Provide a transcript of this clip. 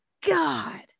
god